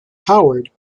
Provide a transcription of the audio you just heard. powered